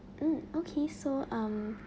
mm okay so um